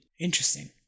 Interesting